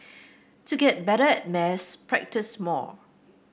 to get better at maths practise more